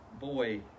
boy